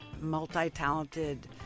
multi-talented